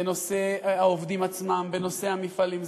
בנושא העובדים עצמם, בנושא המפעלים.